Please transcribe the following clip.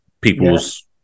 people's